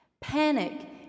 Panic